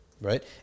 right